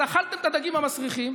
אז אכלתם את הדגים המסריחים,